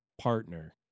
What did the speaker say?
partner